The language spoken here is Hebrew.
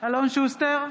אלון שוסטר,